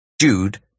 Jude